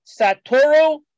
Satoru